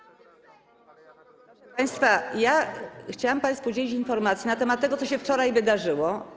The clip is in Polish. Proszę państwa, chciałam państwu udzielić informacji na temat tego, co się wczoraj wydarzyło.